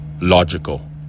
logical